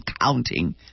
counting